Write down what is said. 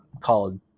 called